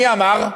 מי אמר?